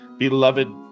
Beloved